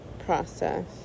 process